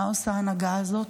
מה עושה ההנהגה הזאת?